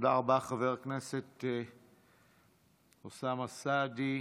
תודה רבה, חבר הכנסת אוסאמה סעדי.